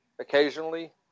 Occasionally